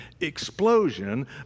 explosion